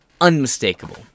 unmistakable